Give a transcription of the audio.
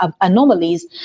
anomalies